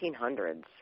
1800s